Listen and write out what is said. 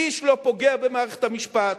איש לא פוגע במערכת המשפט,